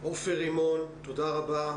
עופר רימון, תודה רבה.